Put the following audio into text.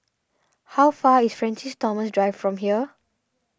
how far is Francis Thomas Drive from here